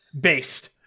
Based